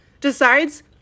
decides